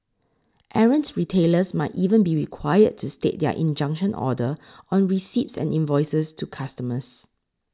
errant retailers might even be required to state their injunction order on receipts and invoices to customers